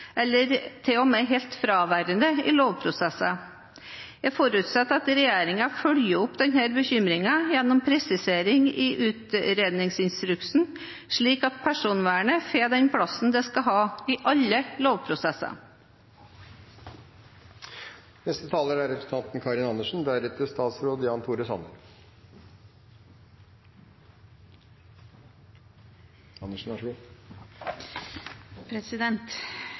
eller til og med helt fraværende i lovprosesser. Jeg forutsetter at regjeringen følger opp denne bekymringen gjennom en presisering i utredningsinstruksen, slik at personvernet får den plassen det skal ha i alle lovprosesser. Personvern er